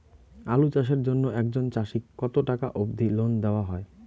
আলু চাষের জন্য একজন চাষীক কতো টাকা অব্দি লোন দেওয়া হয়?